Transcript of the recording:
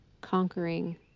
conquering